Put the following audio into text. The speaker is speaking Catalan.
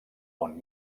món